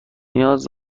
نیاز